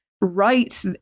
right